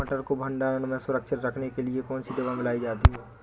मटर को भंडारण में सुरक्षित रखने के लिए कौन सी दवा मिलाई जाती है?